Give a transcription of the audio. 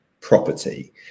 property